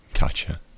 Gotcha